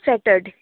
centered